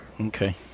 Okay